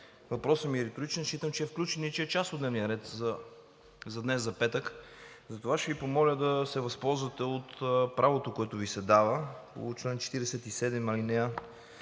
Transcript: Въпросът ми е риторичен. Считам, че е включен и че е част от дневния ред за днес – за петък. Затова ще Ви помоля да се възползвате от правото, което Ви се дава по чл. 47, ал.